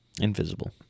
invisible